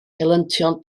helyntion